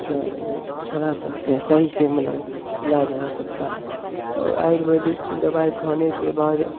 अपना वो छोड़ा सकते हैं सही से मतलब इलाज हो सकता है और आयुर्वेदिक दवाई खाने के बाद